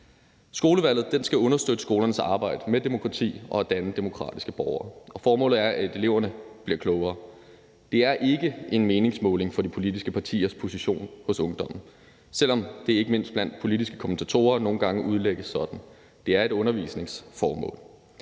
Skolevalget skal understøtte skolernes arbejde med demokrati og at danne demokratiske borgere, og formålet er, at eleverne bliver klogere. Det er ikke en meningsmåling for de politiske partiers position hos ungdommen, selv om det, ikke mindst blandt politiske kommentatorer, nogle gange udlægges sådan. Det er et undervisningsformål.